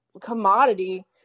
commodity